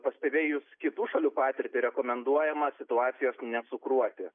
pastebėjus kitų šalių patirtį rekomenduojama situacijos necukruoti